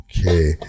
Okay